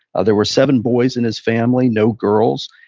ah there were seven boys in his family. no girls.